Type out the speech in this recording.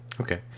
okay